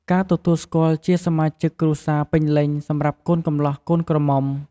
ការទទួលស្គាល់ជាសមាជិកគ្រួសារពេញលេញសម្រាប់កូនកំលោះកូនក្រមុំ។